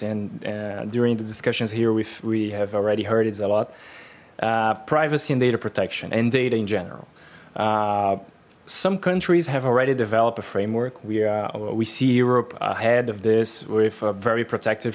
and during the discussions here with we have already heard it a lot privacy and data protection and data in general some countries have already developed a framework we are we see europe ahead of this with a very protective